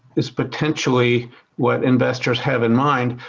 is potentially what investors have in mind,